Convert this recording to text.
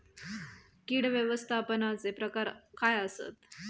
कीड व्यवस्थापनाचे प्रकार काय आसत?